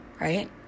right